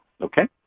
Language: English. okay